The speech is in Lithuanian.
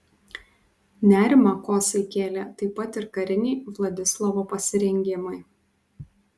nerimą kosai kėlė taip pat ir kariniai vladislovo pasirengimai